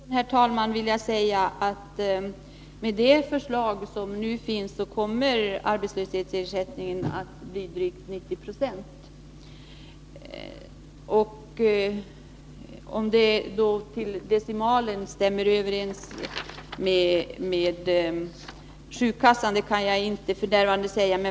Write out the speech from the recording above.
Herr talman! Till Elver Jonsson vill jag säga att med det förslag som nu finns kommer arbetslöshetsersättningen att bli drygt 90 26. Om detta på decimalen överensstämmer med sjukkasseersättningen kan jag inte f.n. säga.